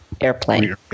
Airplane